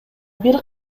бир